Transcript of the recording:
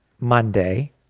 Monday